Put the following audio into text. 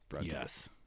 Yes